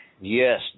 Yes